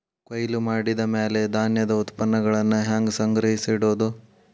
ಕೊಯ್ಲು ಮಾಡಿದ ಮ್ಯಾಲೆ ಧಾನ್ಯದ ಉತ್ಪನ್ನಗಳನ್ನ ಹ್ಯಾಂಗ್ ಸಂಗ್ರಹಿಸಿಡೋದು?